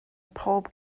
pob